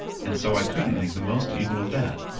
and so i couldn't make the most even of that.